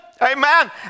amen